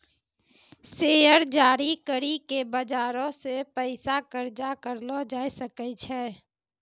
share जारी करि के बजारो से पैसा कर्जा करलो जाय सकै छै